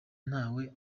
ntawe